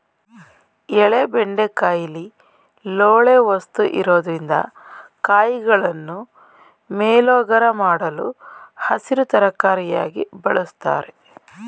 ಎಳೆ ಬೆಂಡೆಕಾಯಿಲಿ ಲೋಳೆ ವಸ್ತು ಇರೊದ್ರಿಂದ ಕಾಯಿಗಳನ್ನು ಮೇಲೋಗರ ಮಾಡಲು ಹಸಿರು ತರಕಾರಿಯಾಗಿ ಬಳುಸ್ತಾರೆ